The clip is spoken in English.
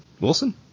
Wilson